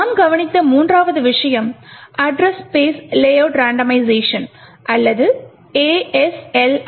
நாம் கவனித்த மூன்றாவது விஷயம் அட்ரஸ் ஸ்பெஸ் லேஅவுட் ரேண்டோம்மைசஷன் அல்லது ASLR